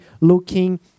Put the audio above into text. looking